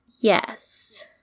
Yes